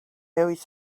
always